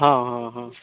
ᱦᱮᱸ ᱦᱮᱸ ᱦᱮᱸ